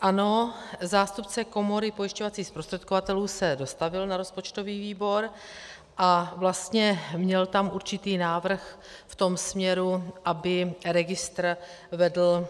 Ano, zástupce Komory pojišťovacích zprostředkovatelů se dostavil na rozpočtový výbor a vlastně měl tam určitý návrh v tom směru, aby registr vedl